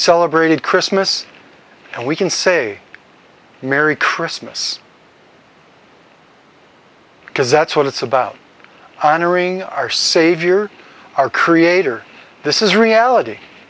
celebrated christmas and we can say merry christmas because that's what it's about honoring our savior our creator this is reality